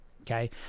okay